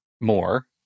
more